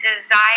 desire